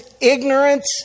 ignorance